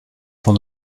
from